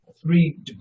three